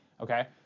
Okay